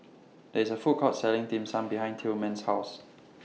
There IS A Food Court Selling Dim Sum behind Tilman's House